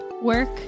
work